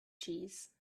cheese